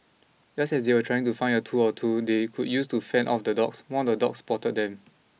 just as they were trying to find a tool or two they could use to fend off the dogs one of the dogs spotted them